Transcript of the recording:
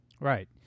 Right